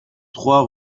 trois